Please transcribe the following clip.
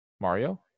mario